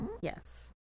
Yes